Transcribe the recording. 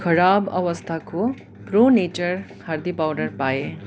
खराब अवस्थाको Pro Nature हर्दी पाउडर पाएँ